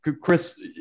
Chris